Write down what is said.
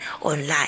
online